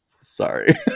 sorry